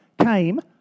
came